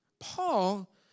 Paul